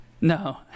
no